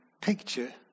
picture